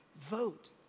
Vote